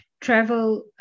travel